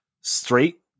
straight